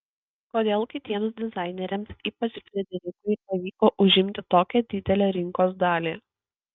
kodėl kitiems dizaineriams ypač frederikui pavyko užimti tokią didelę rinkos dalį